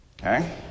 okay